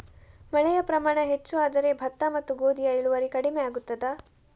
ಮಳೆಯ ಪ್ರಮಾಣ ಹೆಚ್ಚು ಆದರೆ ಭತ್ತ ಮತ್ತು ಗೋಧಿಯ ಇಳುವರಿ ಕಡಿಮೆ ಆಗುತ್ತದಾ?